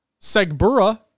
Segbura